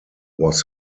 was